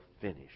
finish